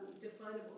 definable